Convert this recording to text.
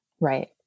right